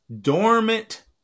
dormant